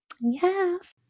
Yes